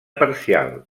parcial